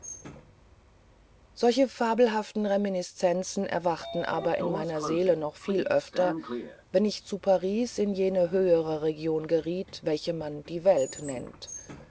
solche fabelhafte reminiszenzen erwachten aber in meiner seele noch viel öfter wenn ich zu paris in jene höhere region geriet welche man die welt nennt